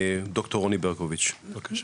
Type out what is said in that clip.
דוקטור רוני ברקוביץ, בבקשה.